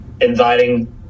inviting